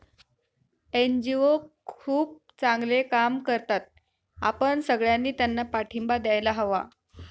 NGO खूप चांगले काम करतात, आपण सगळ्यांनी त्यांना पाठिंबा द्यायला हवा